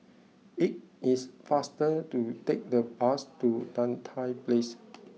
it is faster to take the bus to Tan Tye Place